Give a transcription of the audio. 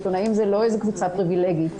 עיתונאים הם לא איזו קבוצה פריבילגית.